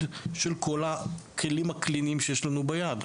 של כל הכלים הקליניים שיש לנו ביד.